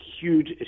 huge